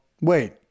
Wait